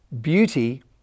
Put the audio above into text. beauty